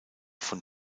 von